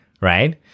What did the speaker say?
right